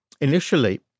initially